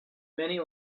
many